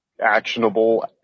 actionable